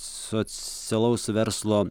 socialaus verslo